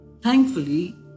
thankfully